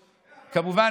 כמובן,